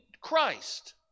Christ